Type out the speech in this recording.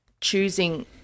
choosing